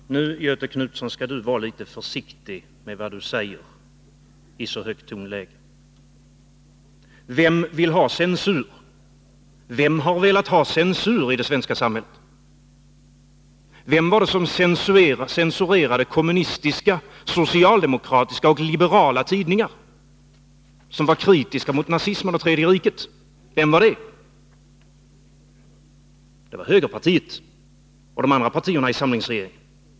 Herr talman! Nu, Göthe Knutson, skall du vara litet försiktig med vad du säger i så högt tonläge. Vem vill ha censur? Vem har velat ha censur i det svenska samhället? Vem var det som censurerade kommunistiska, socialdemokratiska och liberala tidningar, som var kritiska mot nazismen och Tredje riket? Vem var det? Det var högerpartiet och de andra partierna i samlingsregeringen.